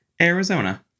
arizona